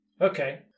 Okay